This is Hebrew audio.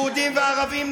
יהודים וערבים,